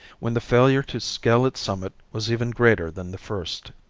when the failure to scale its summit was even greater than the first.